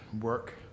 work